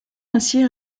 ainsi